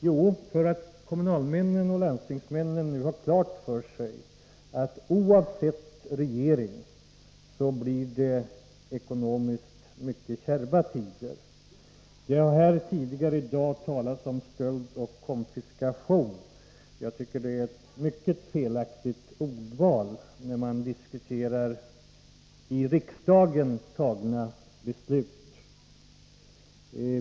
Jo, därför att kommunalmännen och landstingsmännen nu har klart för sig att det oavsett regering blir ekonomiskt mycket kärva tider. Det har tidigare i dag här talats om stöld och konfiskation. Jag tycker att det är ett mycket felaktigt ordval, när man diskuterar av riksdagen fattade beslut.